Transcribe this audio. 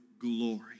glory